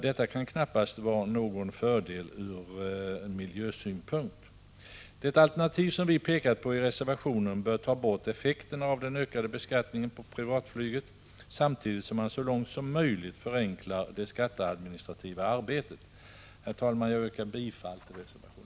Detta kan knappast vara någon fördel ur miljösynpunkt. Det alternativ som vi pekat på i reservationen bör ta bort effekterna av den ökade beskattningen på privatflyget, samtidigt som man så långt som möjligt förenklar det skatteadministrativa arbetet. Herr talman! Jag yrkar bifall till reservation 1.